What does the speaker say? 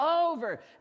over